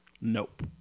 Nope